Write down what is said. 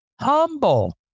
humble